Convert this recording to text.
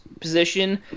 position